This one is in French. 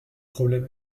problème